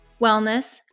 wellness